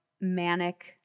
manic